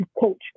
coach